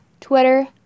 Twitter